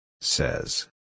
says